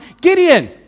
Gideon